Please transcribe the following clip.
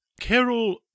Carol